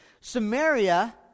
Samaria